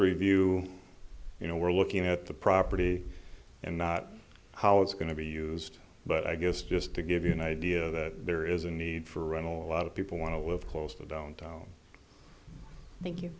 review you know we're looking at the property and not how it's going to be used but i guess just to give you an idea that there is a need for rental a lot of people want to live close to downtown thank